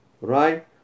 right